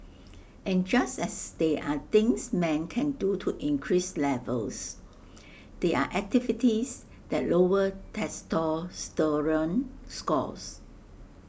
and just as there are things men can do to increase levels there are activities that lower testosterone scores